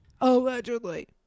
Allegedly